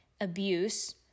abuse